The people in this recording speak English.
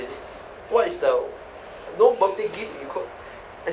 what is the no birthday gift you could as in